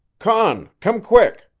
conn! come quick!